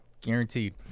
Guaranteed